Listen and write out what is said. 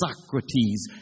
Socrates